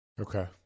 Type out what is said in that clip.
Okay